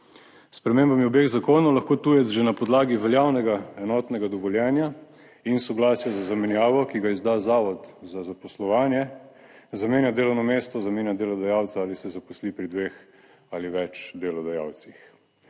spremembami obeh zakonov lahko tujec že na podlagi veljavnega enotnega dovoljenja in soglasja za zamenjavo, ki ga izda zavod za zaposlovanje zamenja delovno mesto, zamenja delodajalca ali se zaposli pri dveh ali več delodajalcih.